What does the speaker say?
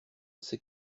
c’est